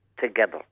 together